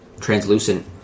translucent